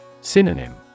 Synonym